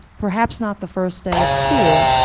perhaps not the first day of school,